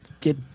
get